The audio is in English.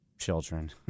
children